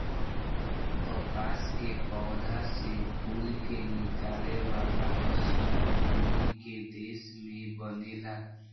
कपास के पौधा से फूल के निकाले वाला मशीनों हमनी के देश में बनेला